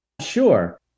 Sure